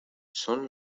son